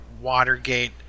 Watergate